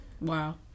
Wow